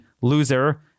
loser